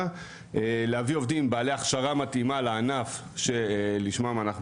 להביא עובדים בעלי הכשרה מתאימה לענף שלשמו אנחנו